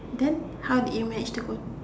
then how did you manage to go